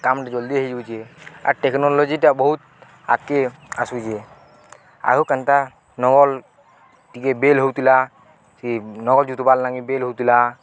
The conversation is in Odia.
କାମଟେ ଜଲ୍ଦି ହେଇଯାଉଛେ ଆର୍ ଟେକ୍ନୋଲୋଜିଟା ବହୁତ ଆଗକେ ଆସୁଛେ ଆଉ କେନ୍ତା ନଙ୍ଗଲ ଟିକେ ବେଲ ହଉଥିଲା ସେ ନଙ୍ଗଲ ଜୁତୁବାର୍ ଲାଗି ବେଲ ହଉଥିଲା